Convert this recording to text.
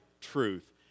truth